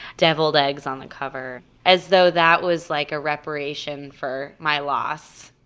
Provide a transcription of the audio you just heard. deviled eggs on the cover as though that was like a reparation for my loss.